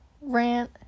rant